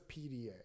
pda